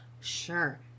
sure